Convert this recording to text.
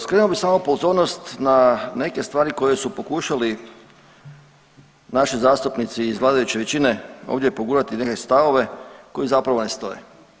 Skrenuo bi samo pozornost na neke stvari koje su pokušali naši zastupnici iz vladajući većine ovdje pogurati neke stavove koji zapravo ne stoje.